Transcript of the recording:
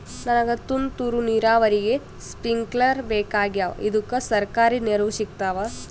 ನನಗ ತುಂತೂರು ನೀರಾವರಿಗೆ ಸ್ಪಿಂಕ್ಲರ ಬೇಕಾಗ್ಯಾವ ಇದುಕ ಸರ್ಕಾರಿ ನೆರವು ಸಿಗತ್ತಾವ?